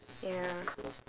ya